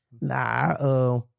Nah